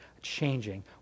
changing